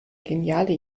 geniale